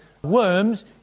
Worms